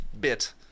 bit